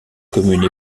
commune